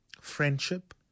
friendship